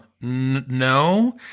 no